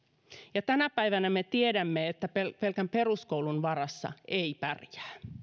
ja me tiedämme että tänä päivänä pelkän peruskoulun varassa ei pärjää